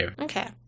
okay